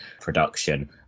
production